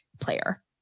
player